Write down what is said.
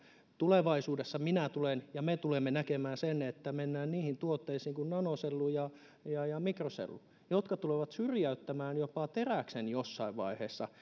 tulevaisuudessa minä tulen ja me tulemme näkemään sen että mennään sellaisiin tuotteisiin kuin nanosellu ja ja mikrosellu jotka tulevat syrjäyttämään jopa teräksen jossain vaiheessa